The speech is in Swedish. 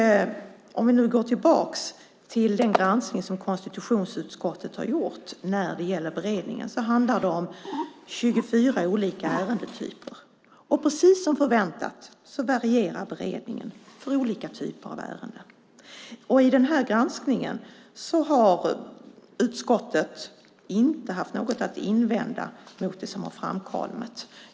Om vi nu går tillbaka till den granskning som konstitutionsutskottet har gjort kan vi se att det handlar om 24 olika ärendetyper. Precis som förväntat varierar beredningen för olika typer av ärenden. I den här granskningen har utskottet inte haft något att invända mot det som har framkommit.